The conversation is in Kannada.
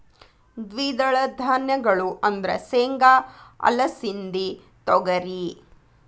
ದ್ವಿದಳ ಧಾನ್ಯಗಳು ಅಂದ್ರ ಸೇಂಗಾ, ಅಲಸಿಂದಿ, ತೊಗರಿ